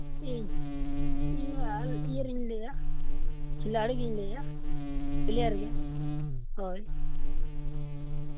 ᱤᱧ ᱤᱧᱢᱟ ᱤᱭᱟᱹ ᱨᱮᱱ ᱤᱧ ᱞᱟᱹᱭᱮᱜᱼᱟ ᱠᱷᱤᱞᱟᱲᱤ ᱜᱤᱧ ᱞᱟᱹᱭᱮᱜᱼᱟ ᱯᱞᱮᱭᱟᱨ ᱜᱮ ᱦᱳᱭ